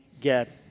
get